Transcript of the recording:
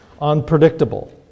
unpredictable